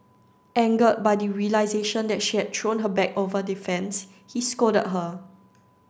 angered by the realisation that she had thrown her bag over the fence he scolded her